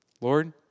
Lord